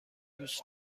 دوست